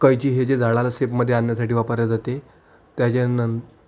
कैची हे जे झाडाला सेपमध्ये आणण्यासाठी वापरला जाते त्याच्यानंतर